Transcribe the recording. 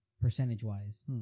percentage-wise